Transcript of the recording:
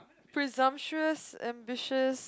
presumptuous ambitious